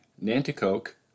Nanticoke